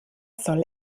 soll